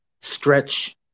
stretch